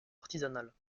artisanale